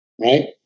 right